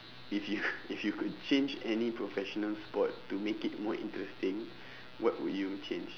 if you if you could change any professional sport to make it more interesting what would you change